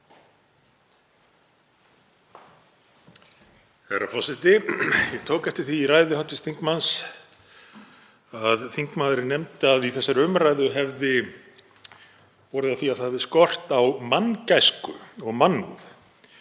Herra forseti. Ég tók eftir því í ræðu hv. þingmanns að þingmaðurinn nefndi að í þessari umræðu hefði borið á því að það hefði skort á manngæsku og mannúð.